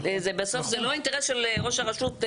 זה בסוף זה לא אינטרס של ראש הרשות,